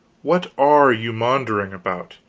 what are you maundering about?